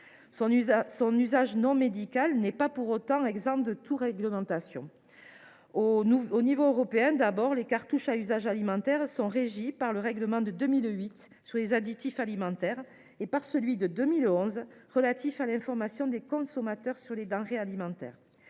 Son usage non médical n’est pas pour autant exempt de toute réglementation. À l’échelon européen d’abord, les cartouches à usage alimentaire sont régies par le règlement de 2008 sur les additifs alimentaires et par celui de 2011 relatif à l’information des consommateurs sur les denrées alimentaires.